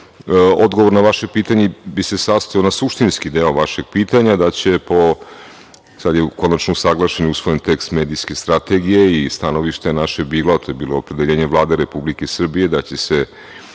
jasne. Odgovor na vaše pitanje bi se sastojao na suštinski deo vašeg pitanja da će po, sada je konačno usaglašen i usvojen tekst medijske strategije, i stanovište naše je bilo a to je bilo opredeljenje Vlade Republike Srbije, da će se